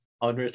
On